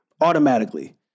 automatically